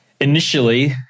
Initially